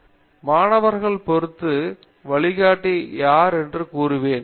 பேராசிரியர் ரவீந்திர ஜெட்டூ மாணவர்களைப் பொறுத்து வழிகாட்டி யார் என்று கூறுவேன்